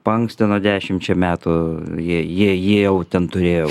paankstino dešimčia metų jie jie jį jau ten turėjo